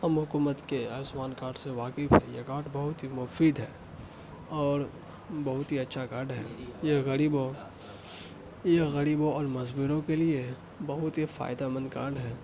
ہم حکومت کے آیوشمان کارڈ سے واکعی یہ کارڈ بہت ہی مفید ہے اور بہت ہی اچھا کارڈ ہے یہ غریبوں یہ غریبوں اور مزبروں کے لیے بہت ہی فائدہ مند کارڈ ہے